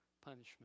punishment